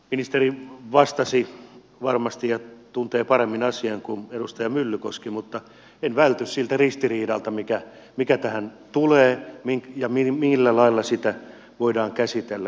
ministeri varmasti tuntee asian paremmin kuin edustaja myllykoski mutta en välty siltä ristiriidalta mikä tähän tulee ja millä lailla sitä voidaan käsitellä koska tämä avaa